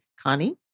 Connie